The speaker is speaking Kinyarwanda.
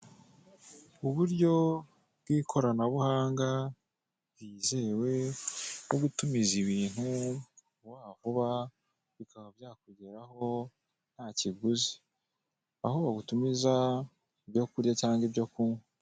Uburyo bw'ikoranabuhanga bwizewe bwo gutumiza ibintu vuba vuba bikaba byakugeraho ntakiguzi aho watumiza ibyo kurya cyangwa ibyo kunkwa.